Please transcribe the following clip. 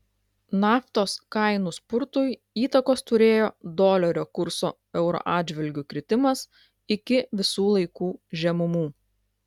naftos kainų spurtui įtakos turėjo dolerio kurso euro atžvilgiu kritimas iki visų laikų žemumų